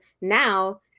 now